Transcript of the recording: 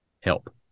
help